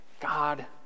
God